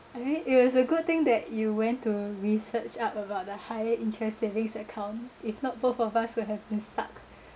I think it was a good thing that you went to research up about the high interest savings account if not both of us will have been stuck